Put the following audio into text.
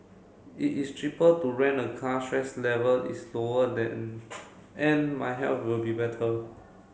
it is cheaper to rent a car stress level is lower than and my health will be better